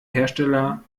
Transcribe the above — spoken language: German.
hersteller